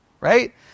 right